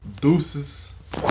deuces